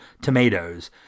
Tomatoes